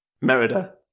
Merida